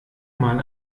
mal